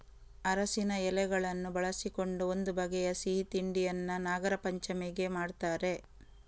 ಅರಸಿನ ಎಲೆಗಳನ್ನು ಬಳಸಿಕೊಂಡು ಒಂದು ಬಗೆಯ ಸಿಹಿ ತಿಂಡಿಯನ್ನ ನಾಗರಪಂಚಮಿಗೆ ಮಾಡ್ತಾರೆ